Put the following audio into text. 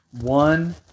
one